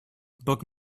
book